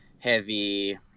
heavy